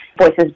voices